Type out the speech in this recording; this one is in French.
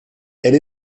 elle